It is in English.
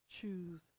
Choose